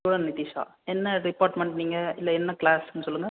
student Nitisha என்ன department நீங்கள் இல்லை என்ன கிளாஸ்ன்னு சொல்லுங்கள்